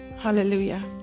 Hallelujah